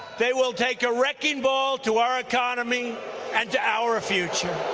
they will take a wrecking ball to our economy and to our future.